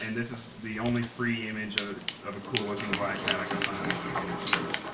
and this is the only free image ah of a cool looking black hat i could find on image search.